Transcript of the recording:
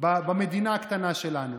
במדינה הקטנה שלנו.